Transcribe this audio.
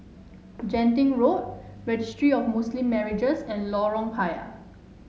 Genting Road Registry of Muslim Marriages and Lorong Payah